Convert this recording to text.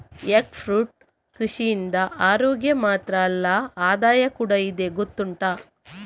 egg fruit ಕೃಷಿಯಿಂದ ಅರೋಗ್ಯ ಮಾತ್ರ ಅಲ್ಲ ಆದಾಯ ಕೂಡಾ ಇದೆ ಗೊತ್ತುಂಟಾ